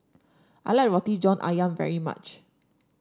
I like Roti John ayam very much